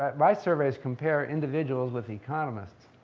but my surveys compare individuals with economists.